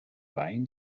wein